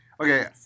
Okay